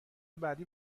بعدی